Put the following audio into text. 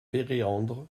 péréandre